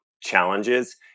challenges